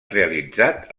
realitzat